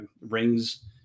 rings